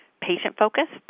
patient-focused